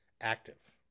active